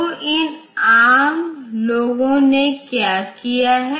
तो इन एआरएम लोगों ने क्या किया है